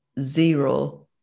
zero